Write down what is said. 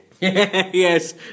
Yes